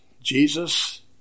Jesus